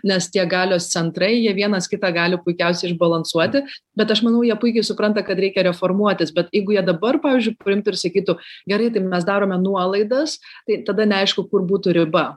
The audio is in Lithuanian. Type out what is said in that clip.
nes tiek galios centrai jie vienas kitą gali puikiausiai išbalansuoti bet aš manau jie puikiai supranta kad reikia reformuotis bet jeigu jie dabar pavyzdžiui priimtų ir sakytų gerai tai mes darome nuolaidas tai tada neaišku kur būtų riba